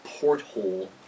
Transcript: porthole